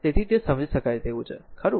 તેથી તે સમજી શકાય તેવું છે ખરું